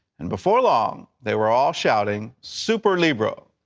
and before long, they were all shouting, superlibro!